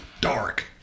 dark